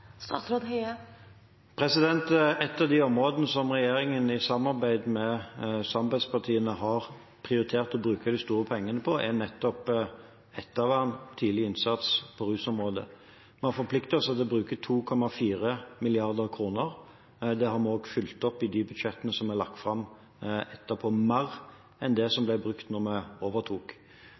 Et av de områdene som regjeringen, i samarbeid med samarbeidspartiene, har prioritert å bruke de store pengene på, er nettopp ettervern og tidlig innsats på rusområdet. Vi har forpliktet oss til å bruke 2,4 mrd. kr. Det har vi fulgt opp i de budsjettene som vi har lagt fram etterpå. Det er mer enn det som ble brukt da vi overtok.